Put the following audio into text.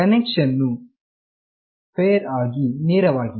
connection ವು fair ಆಗಿ ನೇರವಾಗಿದೆ